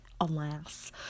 alas